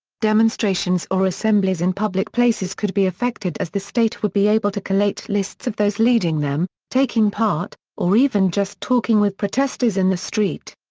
demonstrations or assemblies in public places could be affected as the state would be able to collate lists of those leading them, taking part, or even just talking with protesters in the street.